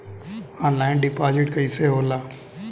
Online deposit कैसे होला?